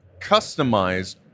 customized